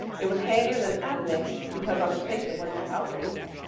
it was handier than ethnic, because on its face it wasn't about race,